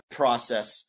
process